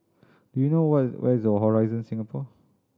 do you know where is where is Horizon Singapore